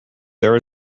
there